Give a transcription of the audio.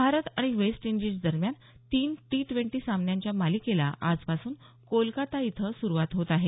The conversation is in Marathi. भारत आणि वेस्ट इंडिज दरम्यान तीन टी ट्वेंटी सामन्यांच्या मालिकेला आजपासून कोलकाता इथं सुरुवात होत आहे